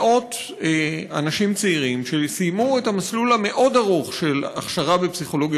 מאות אנשים צעירים שסיימו את המסלול המאוד-ארוך של ההכשרה בפסיכולוגיה